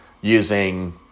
using